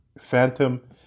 Phantom